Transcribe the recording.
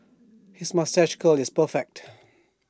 his moustache curl is perfect